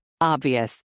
Obvious